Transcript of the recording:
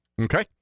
Okay